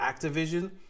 Activision